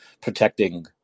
protecting